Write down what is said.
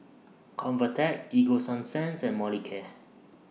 Convatec Ego Sunsense and Molicare